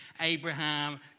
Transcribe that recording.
Abraham